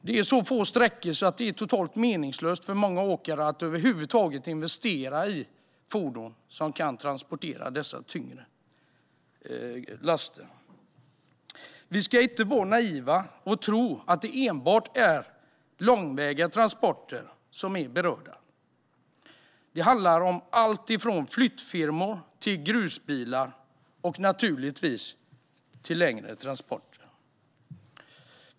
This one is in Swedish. Det är så få sträckor att det är totalt meningslöst för många åkare att över huvud taget investera i fordon som kan transportera dessa tyngre laster. Vi ska inte vara naiva och tro att det enbart är långväga transporter som är berörda. Det handlar om allt från flyttfirmor till grusbilar och naturligtvis om längre transporter.